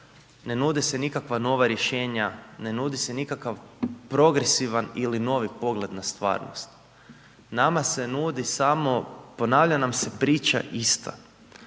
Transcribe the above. ne nude se nikakva nova rješenja, ne nudi se nikakav progresivan ili novi pogled na stvarnost. Nama se nudi samo, ponavlja nam se priča ista,